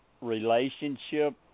relationship